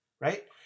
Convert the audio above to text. right